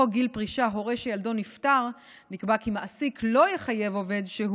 בחוק גיל פרישה (הורה שילדו נפטר) נקבע כי מעסיק לא יחייב עובד שהוא